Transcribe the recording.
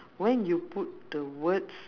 when you put the words